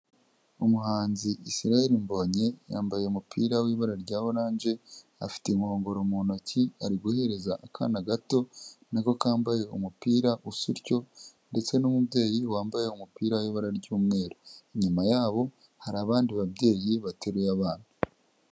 Umuhanzi Israel Mbonyi, yambaye umupira w'ibara rya oranje, afite inkongoro mu ntoki ari guhereza akana gato na ko kambaye umupira usa utyo ndetse n'umubyeyi wambaye umupira w'ibara ry'umweru. Inyuma yabo hari abandi babyeyi bateruye abana.